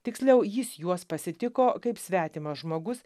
tiksliau jis juos pasitiko kaip svetimas žmogus